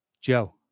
Joe